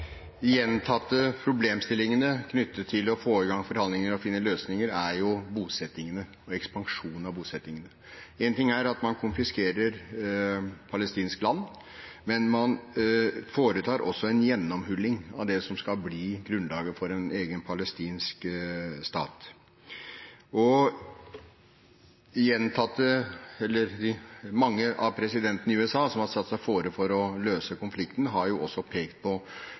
gjentatte problemstillingene knyttet til å få i gang forhandlinger og finne løsninger er jo bosettingene og ekspansjon av bosettingene. En ting er at man konfiskerer palestinsk land, men man foretar også en gjennomhulling av det som skal bli grunnlaget for en egen palestinsk stat. Mange av presidentene i USA som har satt seg fore å løse konflikten, har også pekt på